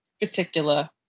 particular